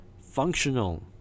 functional